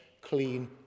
clean